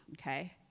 okay